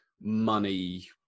money